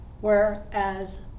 whereas